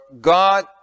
God